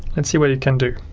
and see what you can do.